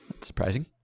Surprising